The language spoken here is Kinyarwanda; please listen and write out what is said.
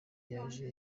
yaje